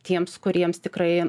tiems kuriems tikrai